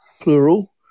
plural